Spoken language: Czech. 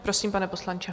Prosím, pane poslanče.